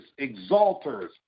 exalters